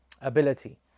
ability